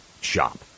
Shop